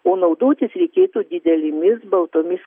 o naudotis reikėtų didelėmis baltomis knygomis